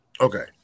Okay